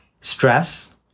stress